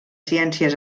ciències